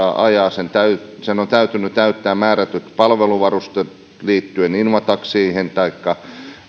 saa ajaa sen on täytynyt täyttää määrätyt palveluvarusteet liittyen invatakseihin taikka